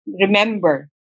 remember